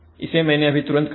इसे मैंने अभी तुरंत कहा था